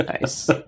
nice